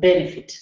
benefit.